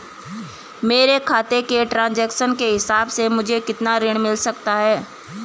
मेरे खाते के ट्रान्ज़ैक्शन के हिसाब से मुझे कितना ऋण मिल सकता है?